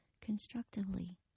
constructively